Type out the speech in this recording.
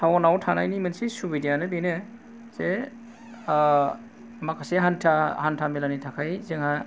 टावनाव थानायनि मोनसे सुबिदायानो बेनो जे माखासे हान्था हान्थामेलानि थाखाय जोंहा